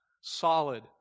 solid